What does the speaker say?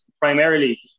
primarily